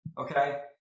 Okay